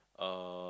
uh